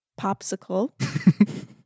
popsicle